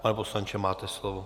Pane poslanče, máte slovo.